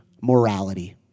morality